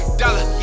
dollar